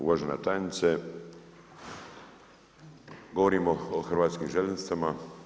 Uvažena tajnice, govorimo o hrvatskim željeznicama.